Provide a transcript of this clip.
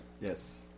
Yes